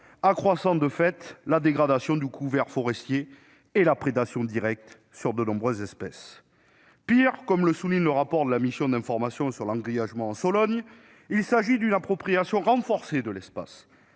accroissant de fait la dégradation du couvert forestier et la prédation directe de nombreuses espèces. Pis, comme le souligne le rapport de la mission d'information sur l'engrillagement en Sologne, « il s'agit d'une appropriation renforcée de l'espace